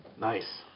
Nice